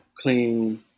clean